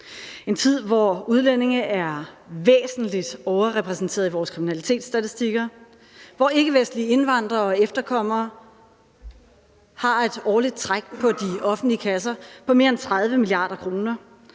en tid, hvor udlændinge er væsentligt overrepræsenteret i vores kriminalitetsstatistikker, hvor ikkevestlige indvandrere og efterkommere har et årligt træk på de offentlige kasser på mere end 30 mia. kr.,